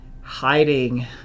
hiding